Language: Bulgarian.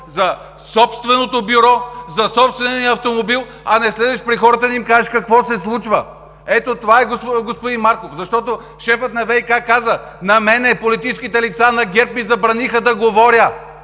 за собственото бюро, за собствения автомобил, а не слезеш при хората да им кажеш какво се случва! Ето това е, господин Марков! Защото шефът на ВиК каза: на мен политическите лица на ГЕРБ ми забраниха да говоря.